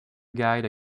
guide